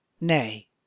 nay